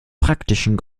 praktischen